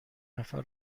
نفر